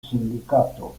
sindicato